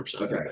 okay